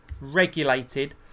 regulated